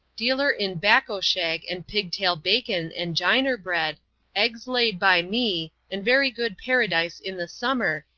dealer in bacco shag and pig tail bacon and ginarbread, eggs laid by me, and very good paradise in the summer,